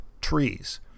trees